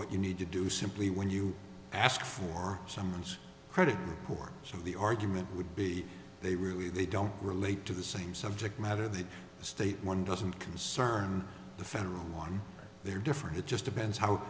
what you need to do simply when you ask for someone's credit reports of the argument would be they really they don't relate to the same subject matter that the state one doesn't concern the federal one they are different it just depends how